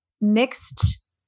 mixed